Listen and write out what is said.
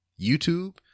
YouTube